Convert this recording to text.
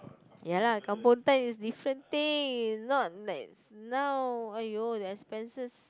ya lah kampong times is different thing not like now !aiyo! the expenses